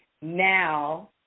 now